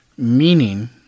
Meaning